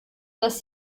das